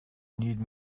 need